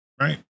Right